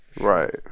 Right